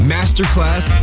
Masterclass